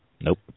Nope